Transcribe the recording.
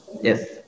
Yes